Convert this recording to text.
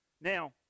Now